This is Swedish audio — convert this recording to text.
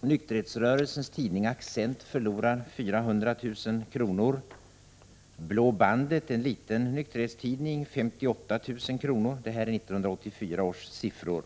Nykterhetsrörelsens tidning Accent förlorar 400 000 kr. Blå Bandet, en liten nykterhetstidning, förlorar 58 000 kr. —- detta är 1984 års siffror.